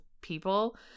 people